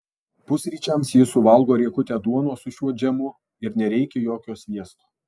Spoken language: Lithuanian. pusryčiams ji suvalgo riekutę duonos su šiuo džemu ir nereikia jokio sviesto